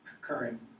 current